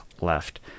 left